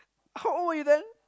how old were you then